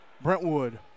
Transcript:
Brentwood